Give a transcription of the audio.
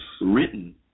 written